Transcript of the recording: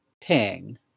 ping